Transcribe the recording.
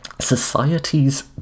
Societies